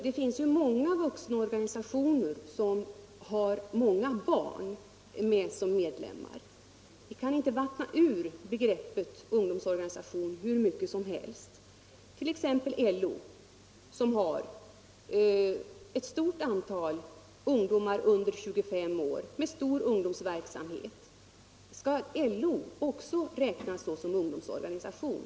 Det finns flera vuxenorganisationer som har många barn såsom medlemmar. Vi kan inte vattna ur begreppet ungdomsorganisation hur mycket som helst. Skall i så fall t.ex. LO, som har ett stort antal ungdomar under 25 år och en betydande ungdomsverksamhet, räknas såsom ungdomsorganisation?